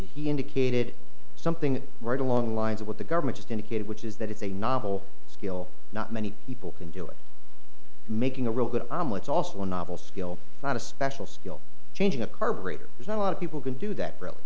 he indicated something right along the lines of what the government just indicated which is that it's a novel skill not many people can do it making a real good imo it's also a novel skill not a special skill changing a carburetor is not a lot of people can do that